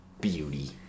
beauty